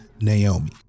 Naomi